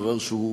דבר שהוא,